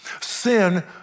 Sin